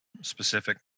specific